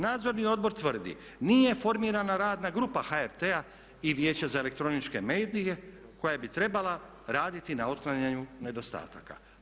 Nadzorni odbor tvrdi nije formirana Radna grupa HRT-a i Vijeća za elektroničke medije koja bi trebala raditi na otklanjanju nedostataka.